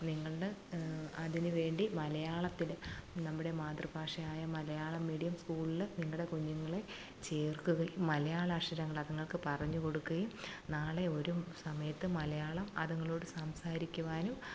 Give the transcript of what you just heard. നിങ്ങളുടെ അതിന് വേണ്ടി മലയാളത്തില് നമ്മുടെ മാതൃഭാഷയായ മലയാളം മീഡിയം സ്കൂളില് നിങ്ങളുടെ കുഞ്ഞുങ്ങളെ ചേർക്കുകയും മലയാളാക്ഷരങ്ങളതുങ്ങൾക്ക് പറഞ്ഞ് കൊടുക്കുകയും നാളെ ഒരു സമയത്ത് മലയാളം അതുങ്ങളോട് സംസാരിക്കുവാനും